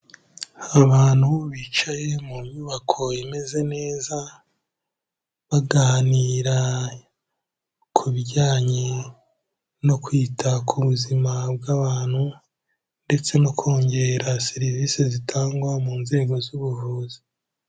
Abantu bicaye mu nyubako imeze neza, baganira ku bijyanye no kwita ku buzima bw'abantu ndetse no kongera serivisi zitangwa mu nzego z'ubuvuzi.